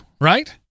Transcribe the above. right